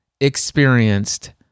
experienced